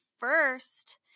First